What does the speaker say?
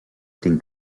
tinc